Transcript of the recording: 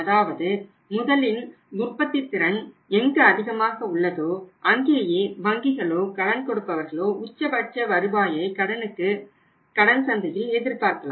அதாவது முதலின் உற்பத்தி திறன் எங்கு அதிகமாக உள்ளதோ அங்கேயே வங்கிகளோ கடன்கொடுப்பவர்களோ உச்சபட்ச வருவாயை கடனுக்கு கடன் சந்தையில் எதிர்பார்க்கலாம்